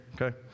Okay